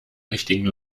richtigen